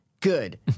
good